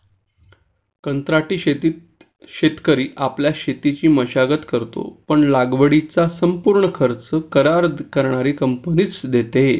कंत्राटी शेतीत शेतकरी आपल्या शेतीची मशागत करतो, पण लागवडीचा संपूर्ण खर्च करार करणारी कंपनीच देते